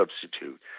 substitute